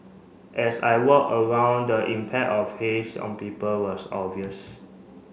as I walk around the impact of haze on people was obvious